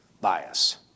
bias